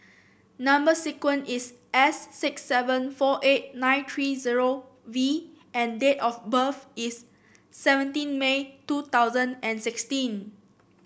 number sequence is S six seven four eight nine three zero V and date of birth is seventeen May two thousand and sixteen